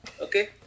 Okay